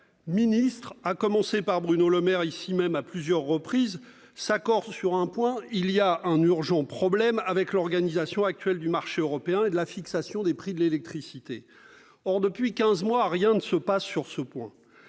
ministres- à commencer par Bruno Le Maire, ici même, à plusieurs reprises -s'accordent sur un point : il y a un problème avec l'organisation actuelle du marché européen et la fixation des prix de l'électricité. Or, depuis quinze mois, rien ne se passe. Avec cette